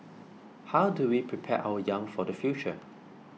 how do we prepare our young for the future